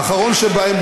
האחרון שבהם,